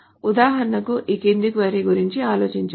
ఉదాహరణకు ఈ క్రింది క్వరీ గురించి ఆలోచించండి